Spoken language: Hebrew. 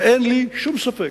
ואין לי שום ספק